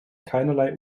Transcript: keinerlei